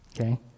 Okay